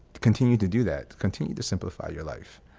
continue to do that. continue to simplify your life.